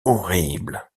horribles